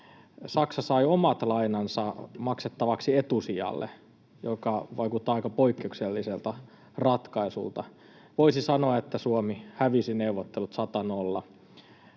Saksa sai omat lainansa maksettavaksi etusijalle, joka vaikuttaa aika poikkeukselliselta ratkaisulta. Voisi sanoa, että Suomi hävisi neuvottelut sata—nolla.